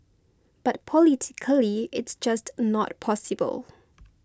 but politically it's just not possible